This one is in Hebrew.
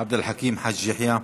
עבד אל חכים חאג' יחיא.